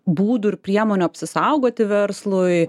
būdų ir priemonių apsisaugoti verslui